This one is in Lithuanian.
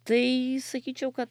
tai sakyčiau kad